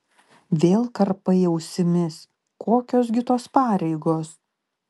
vėl karpai ausimis kokios gi tos pareigos